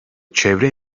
çevre